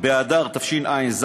באדר התשע"ז,